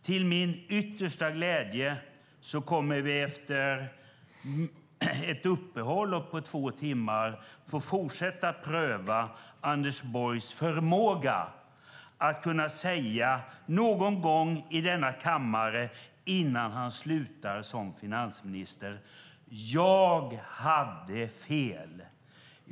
Till min yttersta glädje kommer vi efter ett uppehåll på två timmar här att få fortsätta att pröva Anders Borgs förmåga att någon gång innan han slutar som finansminister säga i denna kammare: Jag hade fel.